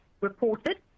reported